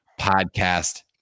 podcast